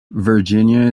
virginia